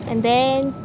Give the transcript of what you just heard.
and then